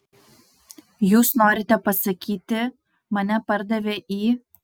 jūs norite pasakyti mane pardavė į